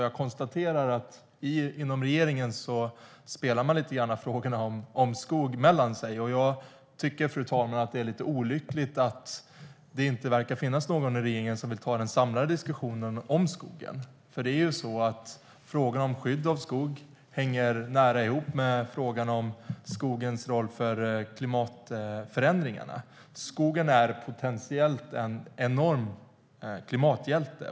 Jag konstaterar alltså att man lite grann spelar skogsfrågorna mellan sig inom regeringen. Jag tycker, fru talman, att det är lite olyckligt att det inte verkar finnas någon i regeringen som vill ta den samlade diskussionen om skogen. Frågorna om skydd av skog hänger ju nära ihop med frågan om skogens roll för klimatförändringarna. Skogen är potentiellt en enorm klimathjälte.